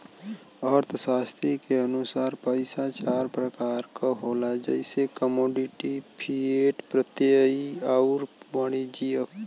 अर्थशास्त्री के अनुसार पइसा चार प्रकार क होला जइसे कमोडिटी, फिएट, प्रत्ययी आउर वाणिज्यिक